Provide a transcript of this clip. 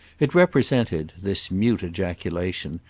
it represented, this mute ejaculation,